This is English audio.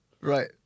right